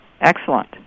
Excellent